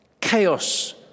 chaos